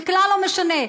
זה כלל לא משנה,